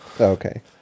okay